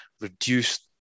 reduce